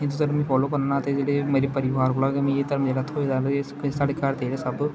हिंदू धर्म गी फालो करना होन्ना ते जेह्ड़े मेरे परिवार कोला गे मीं एह घर्म जेह्ड़ा थ्होए दा ते साढ़े घर दे जेह्ड़े सब्भ